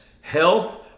health